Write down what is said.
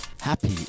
Happy